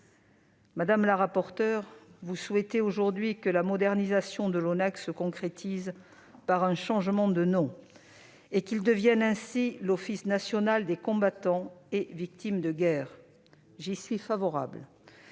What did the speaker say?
Madame la rapporteure, vous souhaitez aujourd'hui que la modernisation de l'ONACVG se concrétise par un changement de nom et que ce dernier devienne ainsi l'Office national des combattants et victimes de guerre. J'y suis favorable,